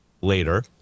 later